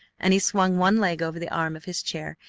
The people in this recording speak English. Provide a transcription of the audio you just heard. and he swung one leg over the arm of his chair,